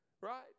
Right